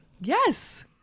Yes